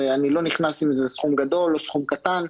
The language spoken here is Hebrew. אני לא נכנס לזה אם זה סכום גדול או סכום קטן.